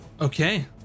Okay